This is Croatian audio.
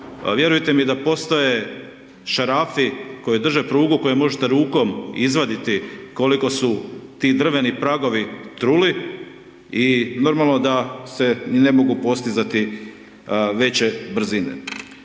vjerujte mi da postoje šarafi koji držati prugu, koje možete rukom izvaditi koliko su ti drveni pragovi truli i normalno da se ne mogu postizati veće brzine.